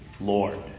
Lord